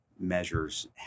measures